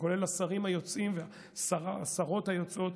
כולל השרים היוצאים והשרות היוצאות,